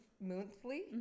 monthly